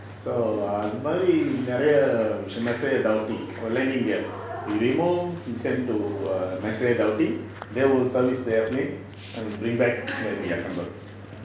so அது மாரி நெறய விஷயம்:athu maari neraya vishayam messier-bugatti or landing gear we remove and send to err messier-bugatti they will service the air plane and bring back then we assemble